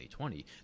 2020